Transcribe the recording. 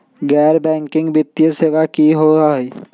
गैर बैकिंग वित्तीय सेवा की होअ हई?